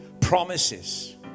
promises